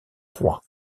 roi